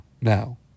now